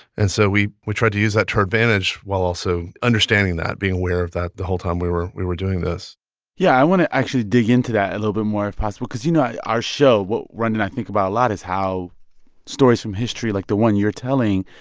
and so we we tried to use that to our advantage while also understanding that, being aware of that the whole time we were we were doing this yeah, i want to actually dig into that a little bit more, if possible cause, you know, our show, what rund and i think about a lot is how stories from history, like the one you're telling,